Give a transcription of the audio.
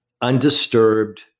undisturbed